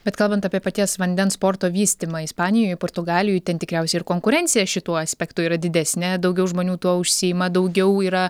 bet kalbant apie paties vandens sporto vystymą ispanijoj portugalijoj ten tikriausiai ir konkurencija šituo aspektu yra didesnė daugiau žmonių tuo užsiima daugiau yra